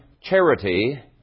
charity